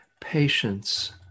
patience